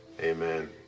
amen